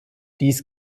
dies